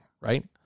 right